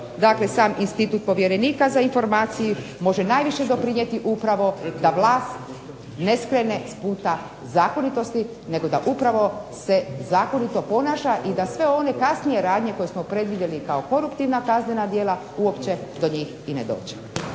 dakle sam institut povjerenika za informacije može najviše doprinijeti upravo da vlast ne skrene s puta zakonitosti nego da upravo se zakonito ponaša i da sve one kasnije radnje koje smo predvidjeli kao koruptivna kaznena djela uopće do njih i ne dođe.